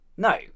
No